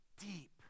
Deep